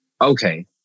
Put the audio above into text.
Okay